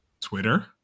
Twitter